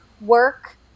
work